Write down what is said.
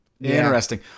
Interesting